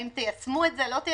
האם תיישמו את זה או לא?